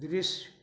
दृश्य